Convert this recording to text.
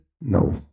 no